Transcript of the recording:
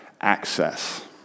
access